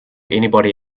anybody